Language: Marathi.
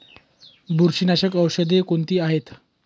बुरशीनाशक औषधे कोणती आहेत?